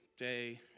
day